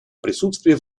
присутствие